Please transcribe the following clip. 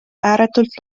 ääretult